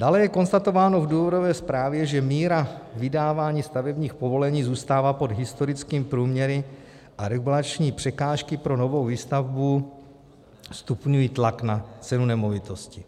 Dále je konstatováno v důvodové zprávě, že míra vydávání stavebních povolení zůstává pod historickým průměry a regulační překážky pro novou výstavbu stupňují tlak na cenu nemovitosti.